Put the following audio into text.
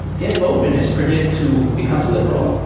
if openness predicts who becomes liberal,